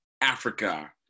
Africa